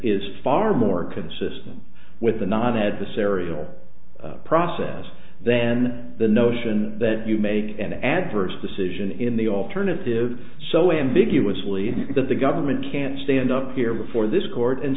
is far more consistent with the not had this aerial process then the notion that you make an adverse decision in the alternative so ambiguously that the government can stand up here before this court and